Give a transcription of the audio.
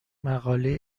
مقاله